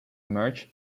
emerged